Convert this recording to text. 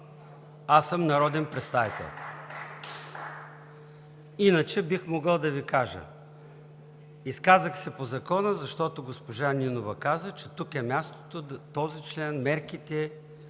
Аз съм народен представител, иначе бих могъл да Ви кажа: изказах се по Закона, защото госпожа Нинова каза, че тук е мястото този член, мерките и